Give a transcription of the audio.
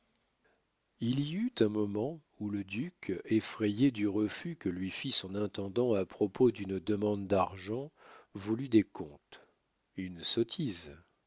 il y eut un moment où le duc effrayé du refus que lui fit son intendant à propos d'une demande d'argent voulut des comptes une sottise